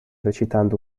recitando